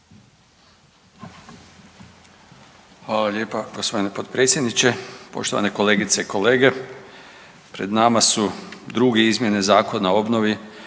Hvala lijepa gospodine potpredsjedniče. Poštovane kolegice i kolege pred nama su druge izmjene Zakon o obnovi,